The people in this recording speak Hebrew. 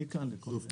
אני כאן לכל דבר.